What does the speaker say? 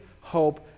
hope